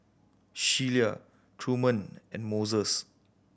Sheila Truman and Moses